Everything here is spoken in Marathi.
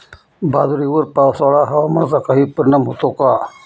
बाजरीवर पावसाळा हवामानाचा काही परिणाम होतो का?